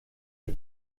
ich